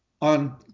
on